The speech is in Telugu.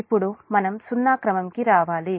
ఇప్పుడు మనం సున్నా క్రమం కి రావాలి